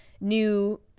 new